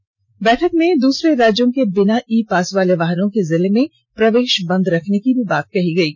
वहीं बैठक में दूसरे राज्यों के बिना ई पास वाले वाहनों के जिले में प्रवेश बंद रखने की बात कही गयी